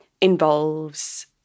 involves